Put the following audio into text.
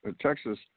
texas